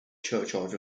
churchyard